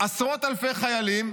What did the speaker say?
עשרות אלפי חיילים,